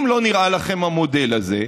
אם לא נראה לכם המודל הזה,